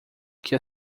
que